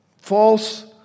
false